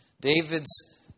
David's